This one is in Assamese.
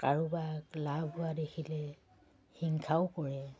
কাৰোবাক লাভ হোৱা দেখিলে হিংসাও কৰে